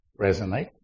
resonate